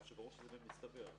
כך שברור שזה מצטבר.